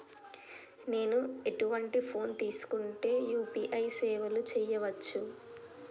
నేను ఎటువంటి ఫోన్ తీసుకుంటే యూ.పీ.ఐ సేవలు చేయవచ్చు?